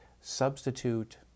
substitute